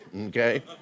okay